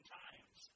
times